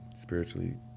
spiritually